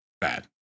bad